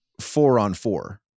four-on-four